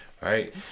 right